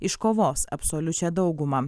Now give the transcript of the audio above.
iškovos absoliučią daugumą